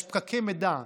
יש פקקי מידע ברשת.